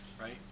right